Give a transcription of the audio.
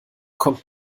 kommt